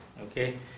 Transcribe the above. okay